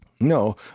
No